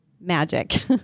magic